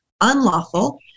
unlawful